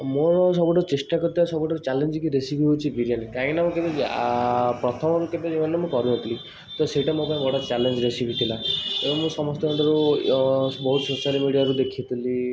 ମୋର ସବୁଠୁ ଚେଷ୍ଟା କରିଥିବା ସବୁଠୁ ଚାଲେଞ୍ଜିଙ୍ଗ୍ ରେସିପି ହେଉଛି ବିରିୟାନୀ କାହିଁକିନା ମୁଁ କେବେ ପ୍ରଥମରୁ କେବେ ଜୀବନରେ ମୁଁ କରିନଥିଲି ତ ସେଇଟା ମୋ ପାଇଁ ବଡ଼ ଚାଲେଞ୍ଜ୍ ରେସିପି ଥିଲା ଏବଂ ମୁଁ ସମସ୍ତଙ୍କଠାରୁ ବହୁତ ସୋସିଆଲ୍ ମିଡ଼ିଆରୁ ଦେଖିଥିଲି